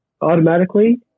automatically